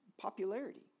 popularity